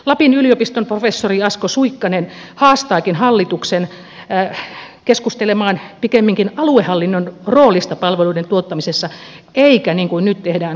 lapin yliopiston professori asko suikkanen haastaakin hallituksen keskustelemaan pikemminkin aluehallinnon roolista palveluiden tuottamisessa eikä niin kuin nyt tehdään kuntien määrästä